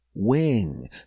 wing